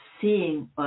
seeing